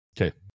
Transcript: Okay